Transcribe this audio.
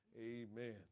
Amen